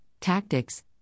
tactics